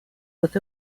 with